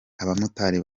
abamotari